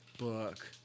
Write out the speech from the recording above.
Book